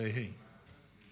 (הארכת מעצר לחשוד בעבירת ביטחון) (תיקון מס'